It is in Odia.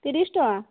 ତିରିଶ ଟଙ୍କା